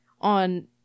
on